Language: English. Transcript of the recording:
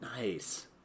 Nice